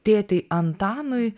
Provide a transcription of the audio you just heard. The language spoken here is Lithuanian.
tėtei antanui